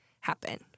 happen